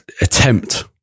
attempt